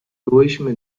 byłyśmy